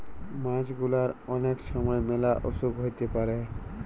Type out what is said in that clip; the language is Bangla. মাছ গুলার অলেক ছময় ম্যালা অসুখ হ্যইতে পারে